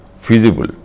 feasible